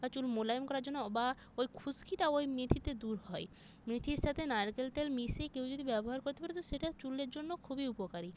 বা চুল মোলায়েম করার জন্য বা ওই খুসকিটা ওই মেথিতে দূর হয় মেথির সাথে নারকেল তেল মিশিয়ে কেউ যদি ব্যবহার করতে পারে তো সেটা চুলের জন্য খুবই উপকারী